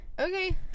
Okay